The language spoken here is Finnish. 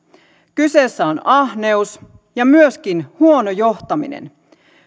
kyseessä on ahneus ja myöskin huono johtaminen